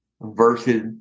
Versus